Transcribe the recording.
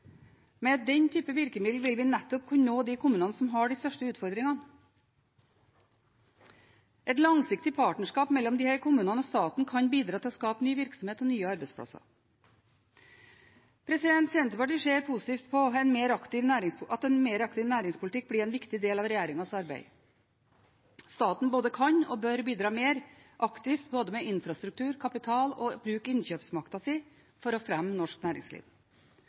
Med et slikt virkemiddel vil vi nettopp kunne nå de kommunene som har de største utfordringene. Et langsiktig partnerskap mellom disse kommunene og staten kan bidra til å skape ny virksomhet og nye arbeidsplasser. Senterpartiet ser positivt på at en mer aktiv næringspolitikk blir en viktig del av regjeringens arbeid. Staten både kan og bør bidra mer aktivt med både infrastruktur og kapital og bruke innkjøpsmakten sin for å fremme norsk næringsliv.